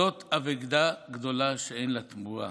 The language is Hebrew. זאת אבדה גדולה שאין לה תמורה.